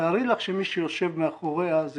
תארי לך שמי שיושב מאחוריה זה